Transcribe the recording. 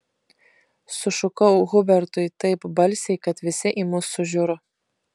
sušukau hubertui taip balsiai kad visi į mus sužiuro